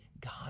God